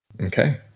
Okay